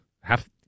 half